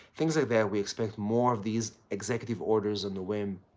things like that. we expect more of these executive orders on the whim.